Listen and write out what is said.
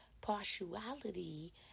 partiality